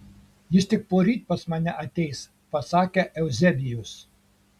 jis tik poryt pas mane ateis pasakė euzebijus